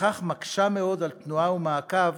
ולפיכך מקשה מאוד על תנועה ומעקב